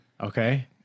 Okay